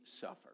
suffer